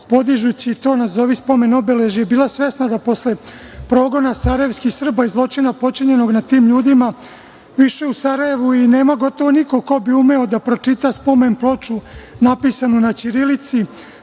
podižući to nazovi spomen-obeležje bila svesna da posle progona sarajevskih Srba i zločina počinjenog nad tim ljudima više u Sarajevu i nema gotovo niko ko bi umeo da pročita spomen-ploču napisanu na ćirilici,